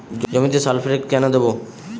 জমিতে সালফেক্স কেন দেবো?